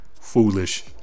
foolish